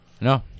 No